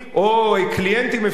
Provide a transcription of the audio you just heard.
או קליינטים אפשריים,